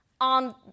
on